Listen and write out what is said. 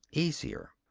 easier.